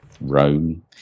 Rome